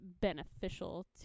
beneficial